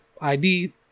ID